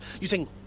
using